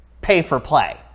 pay-for-play